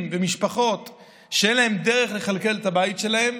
ומשפחות שאין להם דרך לכלכל את הבית שלהם,